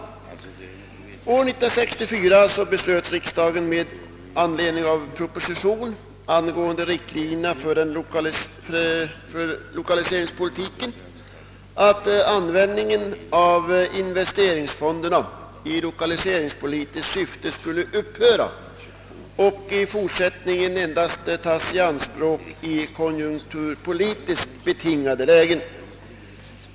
År 1964 beslöt riksdagen med anledning av propositionen angående riktlinjerna för lokaliseringspolitiken, att användningen av investeringsfonderna i lokaliseringspolitiskt syfte skulle upphöra och att dessa i fortsättningen endast skulle få tas i anspråk i konjunkturpolitiskt betingade lägen.